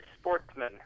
sportsman